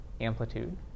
amplitude